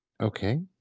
Okay